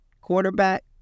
quarterback